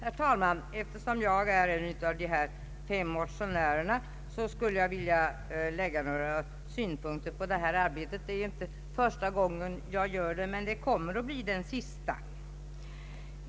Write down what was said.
Herr talman! Eftersom jag är en av motionärerna vill jag anlägga några synpunkter på det här ärendet. Det är inte första gången jag gör det, men det kommer att bli den sista.